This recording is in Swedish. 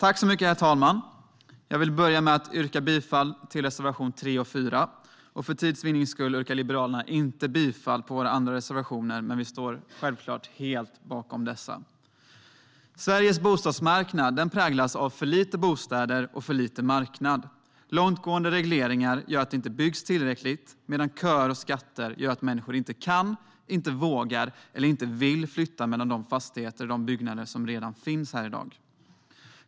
Herr talman! Jag yrkar bifall till reservationerna 3 och 4. För tids vinnande yrkar jag inte bifall till våra andra reservationer, men jag står självklart bakom dem. Sveriges bostadsmarknad präglas av för lite bostäder och för lite marknad. Långtgående regleringar gör att det inte byggs tillräckligt, och köer och skatter gör att människor inte kan, inte vågar eller inte vill flytta mellan de fastigheter som redan finns.